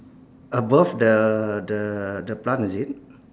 above the the the plant is it